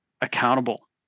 accountable